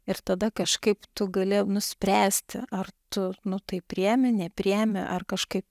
ir tada kažkaip tu gali nuspręsti ar tu nu tai priėmi nepriėmi ar kažkaip